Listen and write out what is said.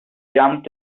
jump